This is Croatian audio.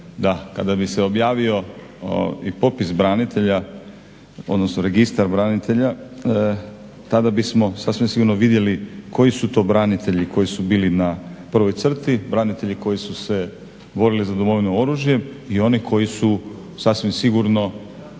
Da, kada bi se objavio i popis branitelja, odnosno Registar branitelja tada bismo sasvim sigurno vidjeli koji su to branitelji koji su bili na prvoj crti, branitelji koji su se borili za Domovinu oružjem i oni koji su sasvim sigurno